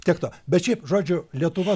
tiek to bet šiaip žodžiu lietuva